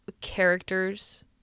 characters